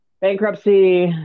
bankruptcy